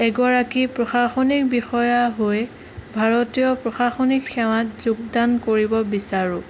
এগৰাকী প্ৰশাসনিক বিষয়া হৈ ভাৰতীয় প্ৰশাসনিক সেৱাত যোগদান কৰিব বিচাৰোঁ